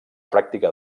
pràctica